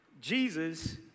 Jesus